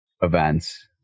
events